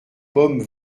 pomme